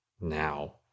Now